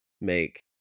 make